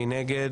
מי נגד?